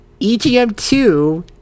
EGM2